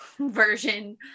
version